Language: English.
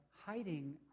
hiding